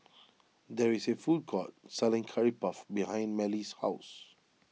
there is a food court selling Curry Puff behind Mellie's house